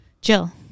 Jill